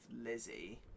Lizzie